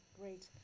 Great